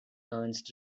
ernest